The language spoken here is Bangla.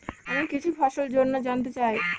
আমি কিছু ফসল জন্য জানতে চাই